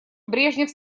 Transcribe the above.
брежнев